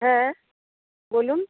হ্যাঁ বলুন